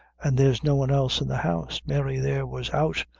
and there was no one else in the house mary, there, was out,